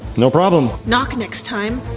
no problem. knock next time.